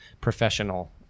professional